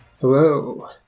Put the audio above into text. Hello